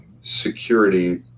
security